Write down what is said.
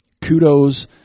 kudos